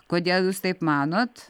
kodėl jūs taip manot